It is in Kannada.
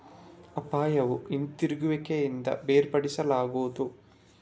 ಅಪಾಯವು ಹಿಂತಿರುಗುವಿಕೆಯಿಂದ ಬೇರ್ಪಡಿಸಲಾಗದು